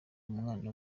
umwana